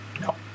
No